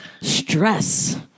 Stress